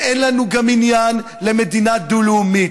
ואין לנו גם עניין למדינה דו-לאומית.